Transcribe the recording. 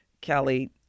Kelly